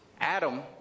Adam